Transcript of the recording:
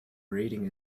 reading